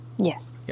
Yes